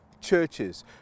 churches